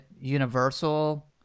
universal